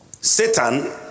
Satan